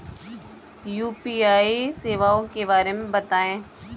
UPI सेवाओं के बारे में बताएँ?